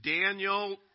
Daniel